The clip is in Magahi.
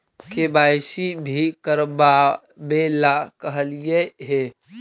के.वाई.सी भी करवावेला कहलिये हे?